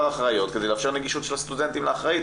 אחראיות כדי לאפשר נגישות של הסטודנטים לאחראית".